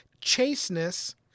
chasteness